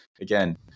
again